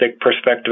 perspective